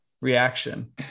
reaction